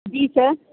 جی سر